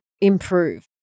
improve